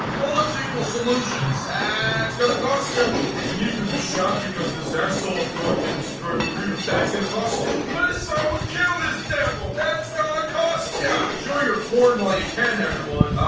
bullets equal solutions. and that's gonna cost you you need to be shot because this asshole is going to destroy freedom. that's gonna cost you. please someone kill this devil. that's gonna cost ya. enjoy your porn while you can everyone.